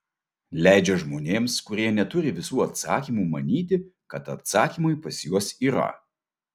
leidžia žmonėms kurie neturi visų atsakymų manyti kad atsakymai pas juos yra